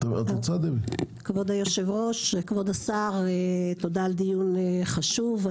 כבוד היושב-ראש, כבוד השר, תודה על דיון חשוב.